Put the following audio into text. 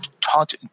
taught